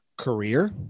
career